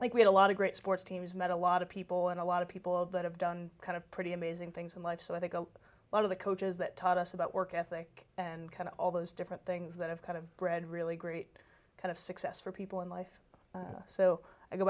like we had a lot of great sports teams met a lot of people and a lot of people that have done kind of pretty amazing things in life so i think a lot of the coaches that taught us about work ethic and kind of all those different things that have kind of bred really great kind of success for people in life so i go